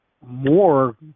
more